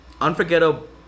unforgettable